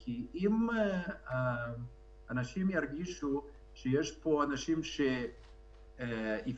כי אם אנשים ירגישו שיש פה אנשים שהפסידו